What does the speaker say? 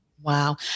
Wow